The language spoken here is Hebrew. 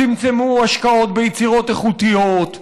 צמצמו השקעות ביצירות איכותיות,